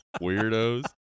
Weirdos